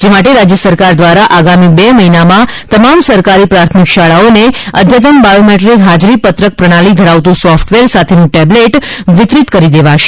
જે માટે રાજ્ય સરકાર દ્વારા આગામી બે મહિનામાં તમામ સરકારી પ્રાથમિક શાળાઓને અદ્યતન બાયોમેટ્રીક હાજરી પત્રક પ્રણાલી ધરાવતું સોફટવેર સાથેનું ટેબલેટ વિતરીત કરી દેવાશે